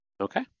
Okay